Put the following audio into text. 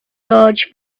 large